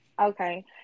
Okay